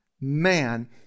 man